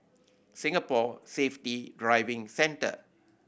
Singapore Safety Driving Centre